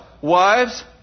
Wives